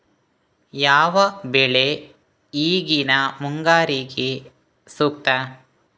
ಯಾವ ಬೆಳೆ ಈಗಿನ ಮುಂಗಾರಿಗೆ ಸೂಕ್ತ?